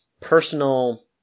personal